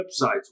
websites